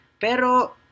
Pero